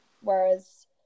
whereas